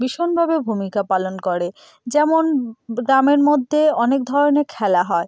ভীষণভাবে ভূমিকা পালন করে যেমন গ্রামের মধ্যে অনেক ধরনের খেলা হয়